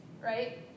right